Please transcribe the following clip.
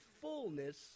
fullness